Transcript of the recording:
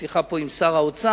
בשיחה פה עם שר האוצר,